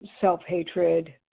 self-hatred